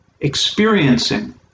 experiencing